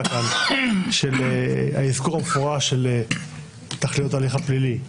כאן של האזכור המפורש של תכליות ההליך הפלילי.